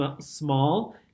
small